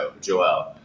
Joel